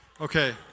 Okay